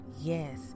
Yes